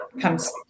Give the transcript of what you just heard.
comes